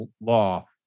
law